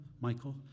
Michael